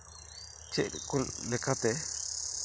ᱪᱮᱫ ᱠᱚ ᱞᱮᱠᱟᱛᱮ